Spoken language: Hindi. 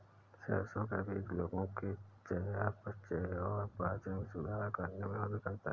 सरसों का बीज लोगों के चयापचय और पाचन में सुधार करने में मदद करता है